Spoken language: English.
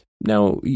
Now